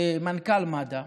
מנכ"ל מד"א